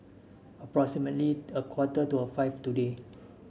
approximately a quarter to five today